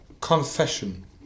confession